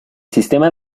sistema